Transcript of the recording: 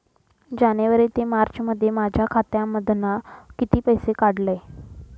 जानेवारी ते मार्चमध्ये माझ्या खात्यामधना किती पैसे काढलय?